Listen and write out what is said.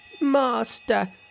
Master